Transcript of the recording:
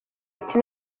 ati